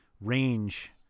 range